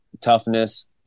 toughness